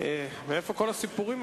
אבל לפני כן